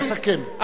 נא להתחיל לסכם.